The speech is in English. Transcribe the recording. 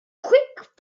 quick